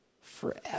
forever